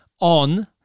on